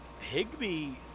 Higby